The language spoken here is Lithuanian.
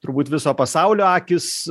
turbūt viso pasaulio akys